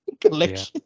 collection